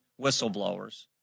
whistleblowers